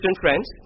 friends